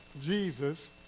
Jesus